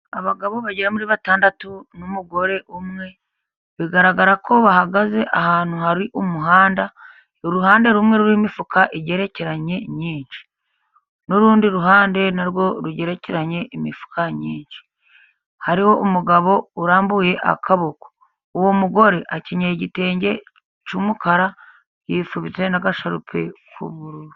Abagabo bagera muri batandatu n'umugore umwe, bigaragara ko bahagaze ahantu hari umuhanda. uruhande rumwe ruriho imifuka igerekeranye nyinshi, n'urundi ruhande na rwo rugerekeranye imifuka myinshi. Hariho umugabo urambuye akaboko. Uwo mugore akenyeye igitenge cy'umukara yifubitse n'agasharupe k'ubururu.